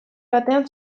batean